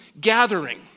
gathering